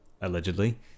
allegedly